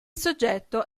soggetto